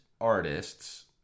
artists